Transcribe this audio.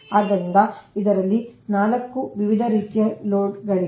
ಆದ್ದರಿಂದ ಇದರಲ್ಲಿ 4 ವಿವಿಧ ರೀತಿಯ ಲೋಡ್ಗಳಿದೆ